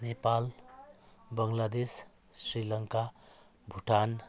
Nepal Bangladesh Sri Lanka Bhutan